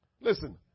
Listen